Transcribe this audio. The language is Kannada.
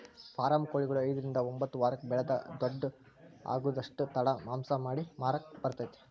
ಫಾರಂ ಕೊಳಿಗಳು ಐದ್ರಿಂದ ಒಂಬತ್ತ ವಾರಕ್ಕ ಬೆಳಿದ ದೊಡ್ಡು ಆಗುದಷ್ಟ ತಡ ಮಾಂಸ ಮಾಡಿ ಮಾರಾಕ ಬರತೇತಿ